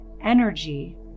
energy